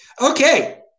Okay